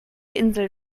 insel